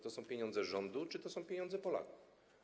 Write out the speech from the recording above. To są pieniądze rządu czy to są pieniądze Polaków?